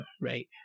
right